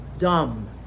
Dumb